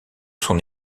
son